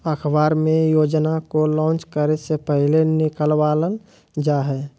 अखबार मे योजना को लान्च करे से पहले निकलवावल जा हय